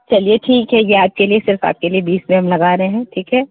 चलिए ठीक है यह आपके लिए सिर्फ आपके लिए बीस में हम लगा रहे हैं ठीक है